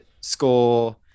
score